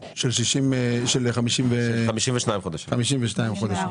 של 54 חודשים.